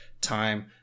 time